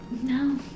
No